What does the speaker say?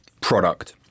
product